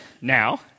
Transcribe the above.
now